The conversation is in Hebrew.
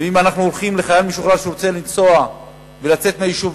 ואם חייל משוחרר רוצה לנסוע ולצאת מהיישוב,